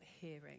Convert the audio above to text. hearing